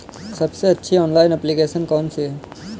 सबसे अच्छी online application कौन सी है?